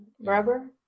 Rubber